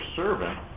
servant